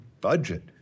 budget